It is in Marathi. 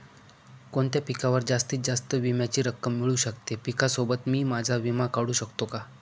कोणत्या पिकावर जास्तीत जास्त विम्याची रक्कम मिळू शकते? पिकासोबत मी माझा विमा काढू शकतो का?